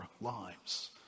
lives